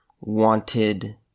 wanted